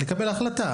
לקבל החלטה.